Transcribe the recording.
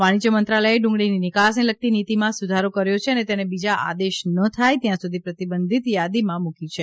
વાણીજય મંત્રાલયે ડુંગળીની નિકાસને લગતી નીતીમાં સુધારો કર્યો છે અને તેને બીજા આદેશ ન થાય ત્યાં સુધી પ્રતિબંધિત યાદીમાં મુકી છે